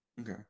Okay